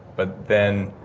but then